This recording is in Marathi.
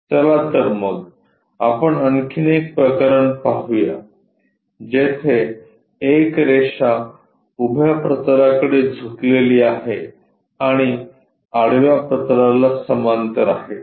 चला तर मग आपण आणखी एक प्रकरण पाहू या जेथे एक रेषा उभ्या प्रतलाकडे झुकलेली आहे आणि आडव्या प्रतलाला समांतर आहे